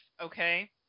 okay